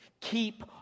Keep